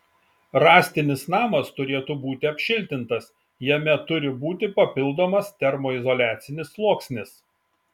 rąstinis namas turėtų būti apšiltintas jame turi būti papildomas termoizoliacinis sluoksnis